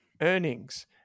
earnings